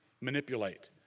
manipulate